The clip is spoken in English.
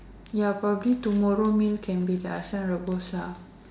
ya probably tomorrow meal can be the asam rebus lah